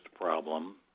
problem